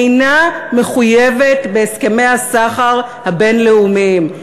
אינה מחויבת בהסכמי הסחר הבין-לאומיים.